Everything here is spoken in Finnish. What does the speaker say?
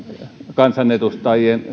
kansanedustajien